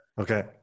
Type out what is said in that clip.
Okay